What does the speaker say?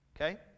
Okay